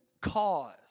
cause